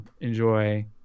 enjoy